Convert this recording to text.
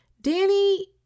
Danny